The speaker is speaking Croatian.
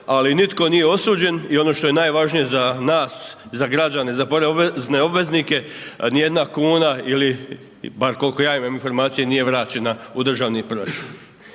ali nitko nije osuđen i ono što je najvažnije za nas, za građen, za porezne obveznike, jedna kuna ili bar koliko ja imam informacija, nije vraćena u državni proračun.